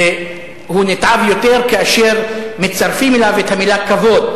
והוא נתעב יותר כאשר מצרפים אליו את המלה "כבוד",